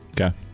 Okay